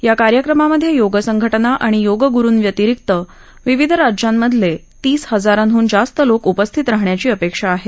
या कार्यक्रमामध्ये योग संघटना आणि योगगुरूंव्यतिरिक्त विविध राज्यांमधले तीस हजारांहून जास्त लोक उपस्थित राहण्याची अपेक्षा आहे